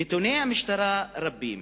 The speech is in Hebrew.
נתוני המשטרה רבים.